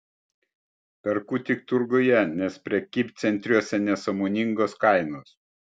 perku tik turguje nes prekybcentriuose nesąmoningos kainos